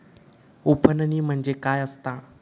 उफणणी म्हणजे काय असतां?